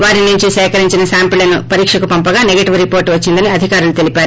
వారి నుంచి సేకరించిన శాంపిళ్లను పరీక్షకు పంపగా నెగిటివ్ రిపోర్లు వచ్చిందనీ అధికారులు తెలిపారు